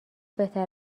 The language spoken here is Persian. بهتر